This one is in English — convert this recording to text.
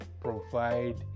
provide